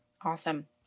awesome